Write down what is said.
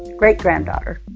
great-granddaughter.